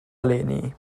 eleni